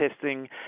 testing